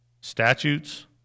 Statutes